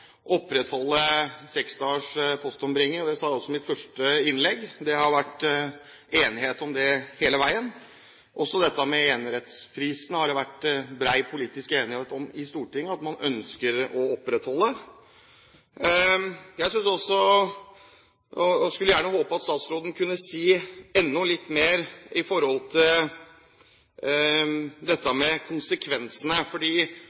opprettholde seksdagers postombringing. Det sa jeg også i mitt første innlegg. Det har vært enighet om det hele veien. Også når det gjelder enhetsprisen, har det vært bred politisk enighet i Stortinget om at man ønsker å opprettholde den. Jeg synes også, og håper, at statsråden kunne si enda litt mer om konsekvensene. Hun viste til